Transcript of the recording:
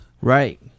Right